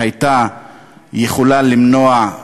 שהייתה יכולה למנוע,